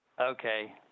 Okay